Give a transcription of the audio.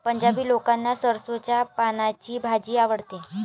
पंजाबी लोकांना सरसोंच्या पानांची भाजी आवडते